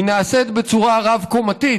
היא נעשית בצורה רב-קומתית,